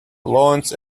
loans